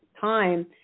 time